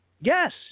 Yes